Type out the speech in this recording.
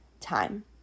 time